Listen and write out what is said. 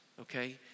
okay